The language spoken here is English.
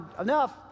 enough